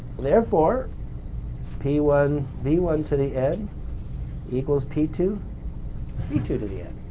therefore p one v one to the n equals p two v two to the n.